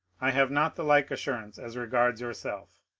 i have not the like assurance as regards yourself.